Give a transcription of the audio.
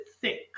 thick